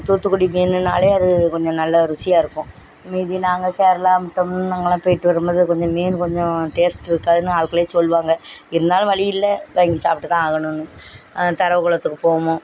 தூத்துக்குடி மீனுனாலே அது கொஞ்சம் நல்லா ருசியாக இருக்கும் மீதி நாங்கள் கேரளா முட்டம் அங்கெல்லாம் போய்விட்டு வரும்போது கொஞ்சம் மீன் கொஞ்சம் டேஸ்ட் இருக்காதுன்னு அவக்களே சொல்வாங்க இருந்தாலும் வழி இல்லை வாங்கி சாப்பிட்டுதான் ஆகணும்னு தரவகுளத்துக்கு போவோம்